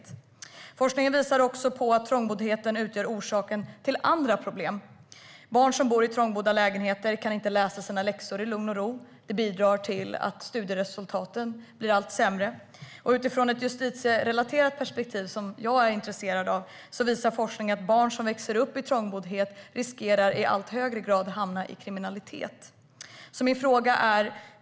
Forskningen visar att trångboddhet också förorsakar andra problem. Barn som bor trångbott kan inte läsa sina läxor i lugn och ro, vilket bidrar till sämre studieresultat. I ett juridiskt perspektiv, som jag är intresserad av, visar forskningen att barn som växer upp i trångboddhet i högre grad riskerar att hamna i kriminalitet.